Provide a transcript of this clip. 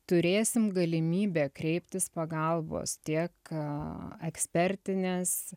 turėsim galimybę kreiptis pagalbos tiek ekspertinės